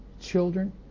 children